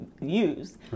use